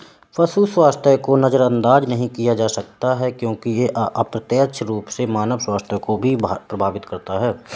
पशु स्वास्थ्य को नजरअंदाज नहीं किया जा सकता क्योंकि यह अप्रत्यक्ष रूप से मानव स्वास्थ्य को भी प्रभावित करता है